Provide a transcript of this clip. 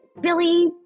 Billy